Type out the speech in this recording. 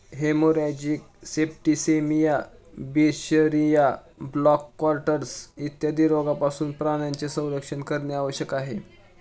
haemorrhagic septicaemia, बिशरिया, black quarters इत्यादी रोगांपासून प्राण्यांचे संरक्षण करणे आवश्यक आहे